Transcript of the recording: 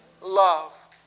love